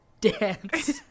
dance